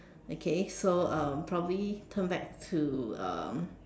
okay so um probably turn back to um